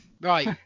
Right